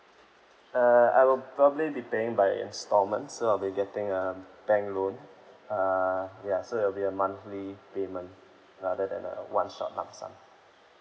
uh I will probably be paying by instalments so I will be getting a bank loan uh ya so it will be a monthly payment rather than a one shot lump sum